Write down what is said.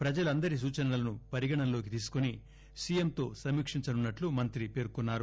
ప్రజలందరి సూచనలను పరిగణనలోకి తీసుకుని సీఎంతో సమీక్షించనున్నట్లు మంత్రి పేర్కొన్నారు